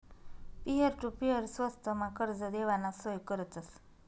peer to peer स्वस्तमा कर्ज देवाना सोय करतस